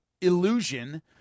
illusion